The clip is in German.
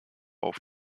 auf